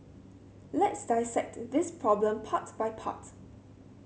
let's dissect this problem part by part